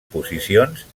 posicions